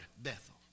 Bethel